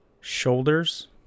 shoulders